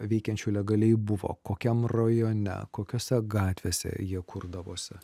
veikiančių legaliai buvo kokiam rajone kokiose gatvėse jie kurdavosi